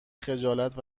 خجالت